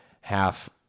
half